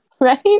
Right